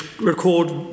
record